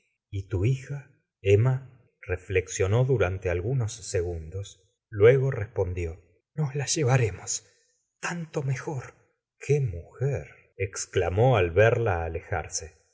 y tu hija emma reflexionó durante algunos segundos luego respondió nos la llevaremos tanto mejor qué mujer exclamó al verla alejarse